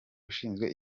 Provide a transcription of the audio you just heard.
ushinzwe